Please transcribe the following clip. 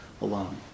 alone